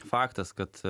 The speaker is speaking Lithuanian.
faktas kad